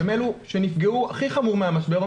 אלו שנפגעו הכי חמור מהמשבר,